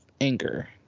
anger